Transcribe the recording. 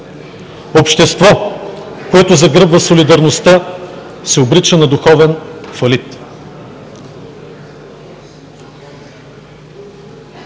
Общество, което загърбва солидарността, се обрича на духовен фалит.